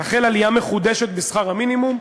תחל עלייה מחודשת בשכר המינימום,